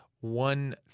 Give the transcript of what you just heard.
one